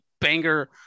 banger